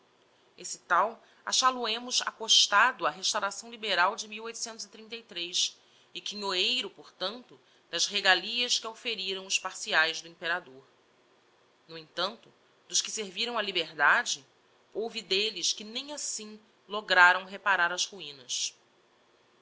esse tal achal o hemos acostado á restauração liberal de e quinhoeiro por tanto das regalias que auferiram os parciaes do imperador no entanto dos que serviram a liberdade houve d'elles que nem assim lograram reparar as ruinas